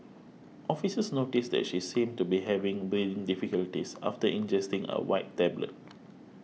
officers notices that she seemed to be having breathing difficulties after ingesting a white tablet